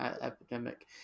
epidemic